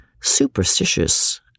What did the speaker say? superstitious